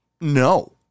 No